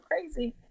crazy